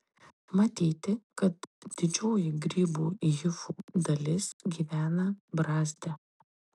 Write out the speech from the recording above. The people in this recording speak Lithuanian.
matyti kad didžioji grybų hifų dalis gyvena brazde